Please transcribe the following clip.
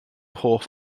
hoff